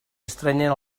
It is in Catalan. estrenyen